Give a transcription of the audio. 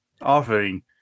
offering